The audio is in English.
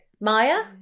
Maya